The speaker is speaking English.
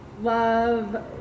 love